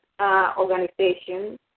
organization